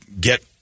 get